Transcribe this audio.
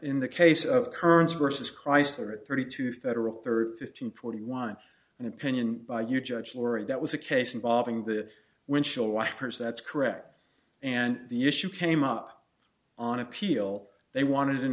in the case of occurrence versus chrysler at thirty two federal thirteen forty one and opinion by you judge laurie that was a case involving the windshield wipers that's correct and the issue came up on appeal they wanted an